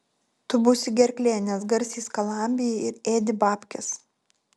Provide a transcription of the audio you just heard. tu būsi gerklė nes garsiai skalambiji ir ėdi babkes